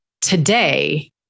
today